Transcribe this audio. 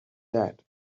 that